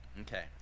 Okay